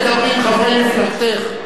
קודם תדברי עם חברי מפלגתך,